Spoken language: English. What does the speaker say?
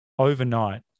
overnight